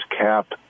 cap